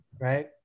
right